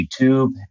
YouTube